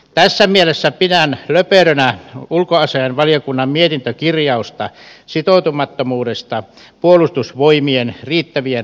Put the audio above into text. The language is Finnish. tässä mielessä pidän löperönä ulkoasiainvaliokunnan mietintökirjausta sitoutumattomuudesta puolustusvoimien riittävien resurssien turvaamiseen